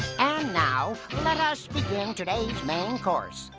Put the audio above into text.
and now, let us begin today's main course.